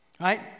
right